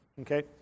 Okay